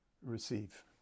receive